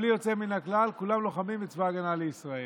בלי יוצא מן הכלל, כולם לוחמים בצבא ההגנה לישראל.